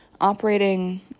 operating